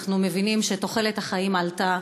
אנחנו מבינים שתוחלת החיים עלתה